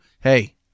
Hey